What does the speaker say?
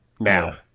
now